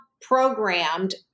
programmed